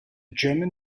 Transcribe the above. german